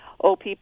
OPP